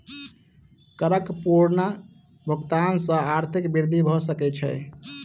करक पूर्ण भुगतान सॅ आर्थिक वृद्धि भ सकै छै